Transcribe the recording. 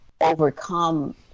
overcome